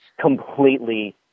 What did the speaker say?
completely